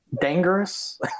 Dangerous